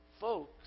Folks